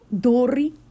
Dory